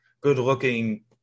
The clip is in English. good-looking